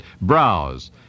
Browse